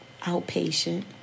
outpatient